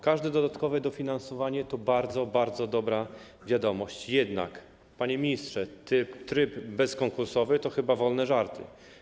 Każde dodatkowe dofinansowanie to bardzo, bardzo dobra wiadomość, jednak, panie ministrze, tryb bezkonkursowy to chyba wolne żarty.